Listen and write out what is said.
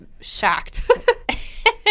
shocked